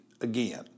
Again